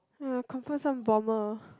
!aiya! confirm some bomber